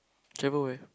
travel where